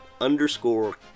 underscore